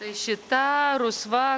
tai šita rusva